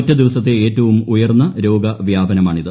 ഒറ്റ ദിവസത്തെ ഏറ്റവും ഉയർന്ന രോഗവ്യാപനമാണിത്